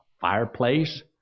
fireplace